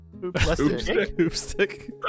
Hoopstick